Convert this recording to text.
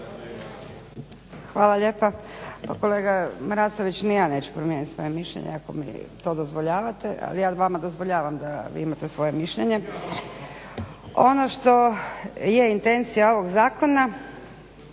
Hvala lijepa. Pa kolega Marasović ni ja neću promijeniti svoje mišljenje ako mi to dozvoljavate, ali ja vama dozvoljavam da vi imate svoje mišljenje. Ono što je intencija ovog zakona